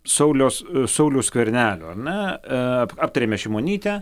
sauliaus sauliaus skvernelio ar ne aptarėme šimonytę